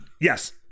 Yes